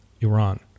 Iran